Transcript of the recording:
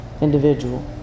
individual